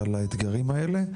על האתגרים האלה.